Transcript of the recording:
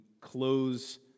close